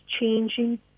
changing